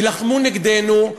ילחמו נגדנו,